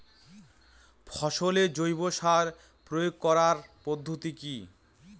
ফসলে জৈব সার প্রয়োগ করার পদ্ধতি কি?